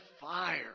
fire